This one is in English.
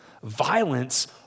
violence